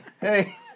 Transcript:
Hey